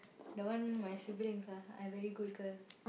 the one my sibling ah I very good girl